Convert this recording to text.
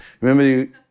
remember